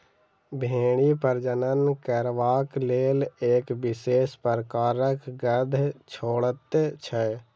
भेंड़ी प्रजनन करबाक लेल एक विशेष प्रकारक गंध छोड़ैत छै